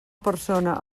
persona